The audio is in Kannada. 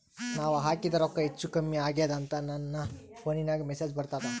ನಾವ ಹಾಕಿದ ರೊಕ್ಕ ಹೆಚ್ಚು, ಕಮ್ಮಿ ಆಗೆದ ಅಂತ ನನ ಫೋನಿಗ ಮೆಸೇಜ್ ಬರ್ತದ?